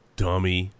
dummy